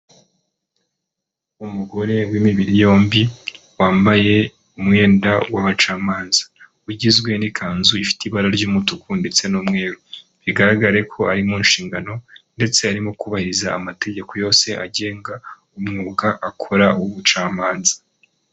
Umugore w'imibiri yombi wambaye umwenda w'abacamanza, ugizwe n'ikanzu ifite ibara ry'umutuku ndetse n'umweru, bigaragare ko ari mu nshingano ndetse arimo kubahiriza amategeko yose agenga umwuga akora w'ubucamanza.